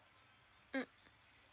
mm